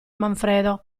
manfredo